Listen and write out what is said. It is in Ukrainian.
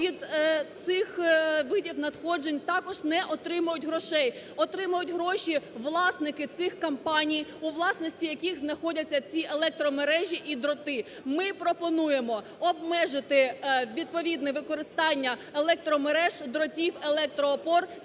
від цих видів надходжень також не отримують грошей. Отримують гроші власники цих компаній, у власності яких знаходяться ці електромережі і дроти. Ми пропонуємо обмежити відповідне використання електромереж, дротів, електроопір